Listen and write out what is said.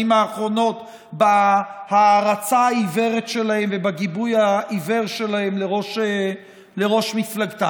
האחרונות בהערצה העיוורת שלהם ובגיבוי העיוור שלהם לראש מפלגתם,